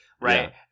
right